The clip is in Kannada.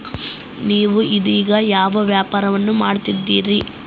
ನೇವು ಇದೇಗ ಯಾವ ವ್ಯಾಪಾರವನ್ನು ಮಾಡುತ್ತಿದ್ದೇರಿ?